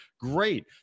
Great